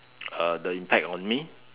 uh the impact on me